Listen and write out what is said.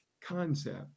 concept